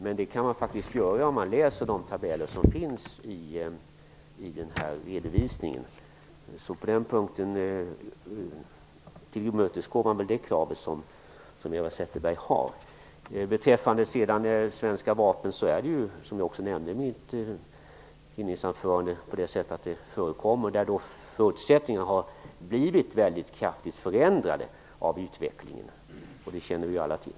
Men det kan man faktiskt göra om man läser de tabeller som finns i den här redovisningen. På den punkten tillmötesgår man När det gäller svenska vapen är det ju som jag också nämnde i mitt inledningsanförande att det har förekommit att förutsättningarna har blivit kraftigt förändrade av utvecklingen. Det känner vi ju alla till.